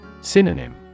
Synonym